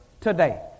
today